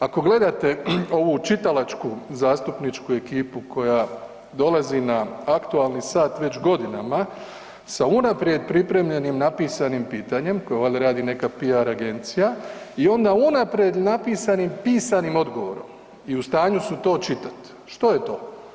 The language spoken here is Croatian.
Ako gledate ovu čitalačku zastupničku ekipu koja dolazi na aktualni sat već godinama sa unaprijed pripremljenim napisanim pitanjem, koje valjda radi neka PR agencija i onda unaprijed napisanim pisanim odgovorom i u stanju su to čitat, što je to?